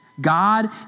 God